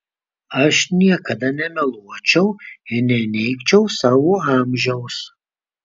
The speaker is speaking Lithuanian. aš niekada nemeluočiau ir neneigčiau savo amžiaus